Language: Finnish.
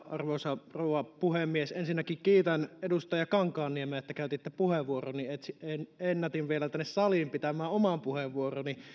arvoisa rouva puhemies ensinnäkin kiitän edustaja kankaanniemeä että käytitte puheenvuoron niin että ennätin vielä tänne saliin pitämään oman puheenvuoroni